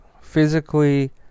Physically